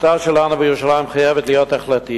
השליטה שלנו בירושלים חייבת להיות החלטית.